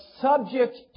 subject